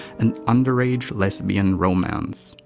an underage lesbian romance.